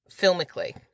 filmically